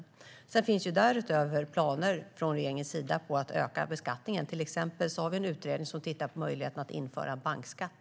Därutöver finns planer från regeringens sida på att öka beskattningen. Till exempel har vi en utredning som tittar på möjligheten att införa bankskatt.